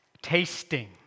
Tasting